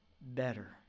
better